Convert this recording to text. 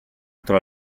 tra